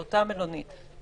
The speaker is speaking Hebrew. לאותה מלונית.